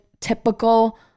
typical